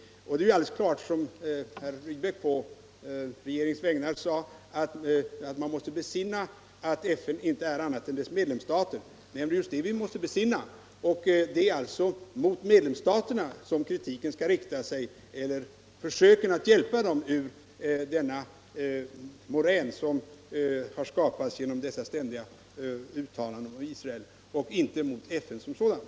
Det är alldeles klart, som herr Rydbeck på regeringens vägnar sade, att man måste besinna att FN inte är något annat än sina medlemsstater. Ja, det är just det vi måste besinna. Det är alltså mot medlemsstaterna kritiken skall rikta sig, i ett försök att hjälpa dem ur det moras som har skapats genom dessa ständiga uttalanden mot Israel, och inte mot FN som sådant.